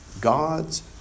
God's